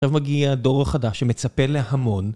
עכשיו מגיע דור חדש שמצפה להמון